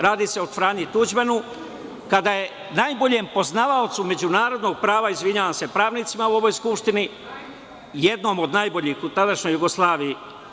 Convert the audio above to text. Radi se o Franji Tuđmanu kada je najboljem poznavaocu međunarodnog prava, izvinjavam se pravnicima u ovoj Skupštini, jednom od najboljih u tadašnjoj Jugoslaviji.